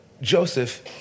Joseph